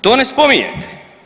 To ne spominjete.